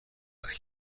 است